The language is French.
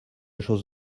chose